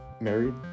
married